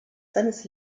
seines